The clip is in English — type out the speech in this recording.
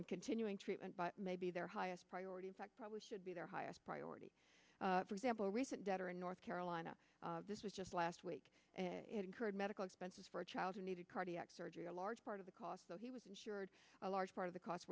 and continuing treatment by maybe their highest priority in fact probably should be their highest priority for example a recent debtor in north carolina this was just last week incurred medical expenses for a child who needed cardiac surgery a large part of the cost so he was insured a large part of the costs